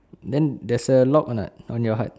then there's a lock or not on your hut